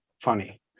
funny